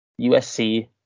USC